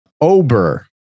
Ober